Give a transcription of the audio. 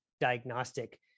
diagnostic